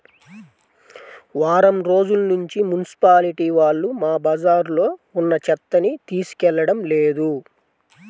వారం రోజుల్నుంచి మున్సిపాలిటీ వాళ్ళు మా బజార్లో ఉన్న చెత్తని తీసుకెళ్లడం లేదు